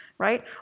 Right